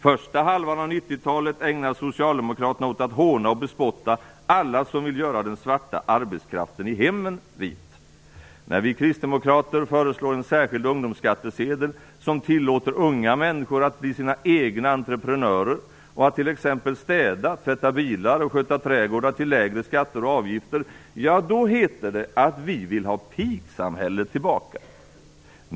Första halvan av 90-talet ägnar socialdemokraterna åt att håna och bespotta alla som vill göra den svarta arbetskraften i hemmen vit. När vi kristdemokrater föreslår en särskild ungdomsskattsedel som tillåter unga människor att bli sina egna entreprenörer och att t.ex. städa, tvätta bilar och sköta trädgårdar till lägre skatter och avgifter heter det att vi vill ha pigsamhället tillbaka.